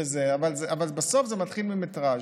אבל בסוף זה מתחיל ממטרז',